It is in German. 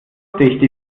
lustig